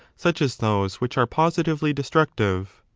such as those which are positively destructive.